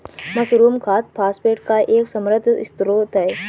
mushroom खाद phosphate का एक समृद्ध स्रोत है